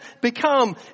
become